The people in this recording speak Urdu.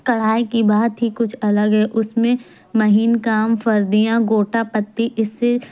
کڑھائی کی بات ہی کچھ الگ ہے اس میں مہین کام فردیاں گوٹا پتی اس سے